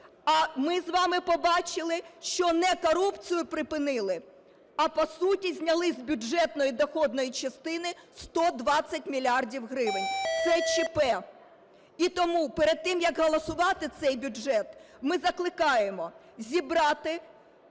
а ми з вами побачили, що не корупцію припинили, а, по суті, зняли з бюджетної доходної частини 120 мільярдів гривен. Це ЧП. І тому перед тим, як голосувати цей бюджет, ми закликаємо зібрати